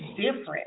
different